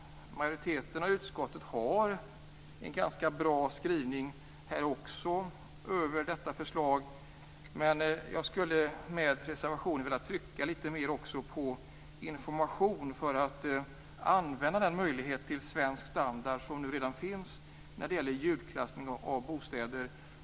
Majoriteten av utskottet har en ganska bra skrivning också om detta förslag. Men jag skulle med reservationen vilja trycka litet mer på behovet av information för att använda den möjlighet till svensk standard som redan finns när det gäller ljudklassning av bostäder.